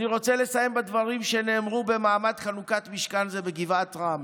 אני רוצה לסיים בדברים שנאמרו במעמד חנוכת משכן זה בגבעת רם